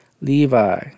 Levi